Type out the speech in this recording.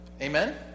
Amen